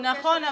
נכון,